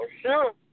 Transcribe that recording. sure